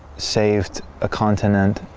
saved a continent,